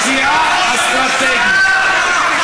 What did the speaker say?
שגיאה אסטרטגית.